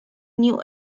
new